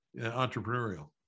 entrepreneurial